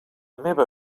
meva